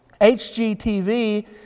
HGTV